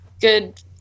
good